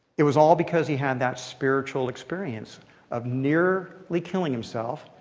it was all because he had that spiritual experience of nearly killing himself,